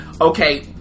okay